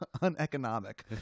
uneconomic